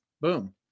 Boom